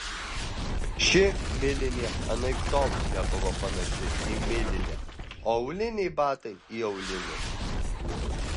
ši milinė anaiptol nebuvo panaši į milinę o auliniai batai į aulinius